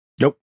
Nope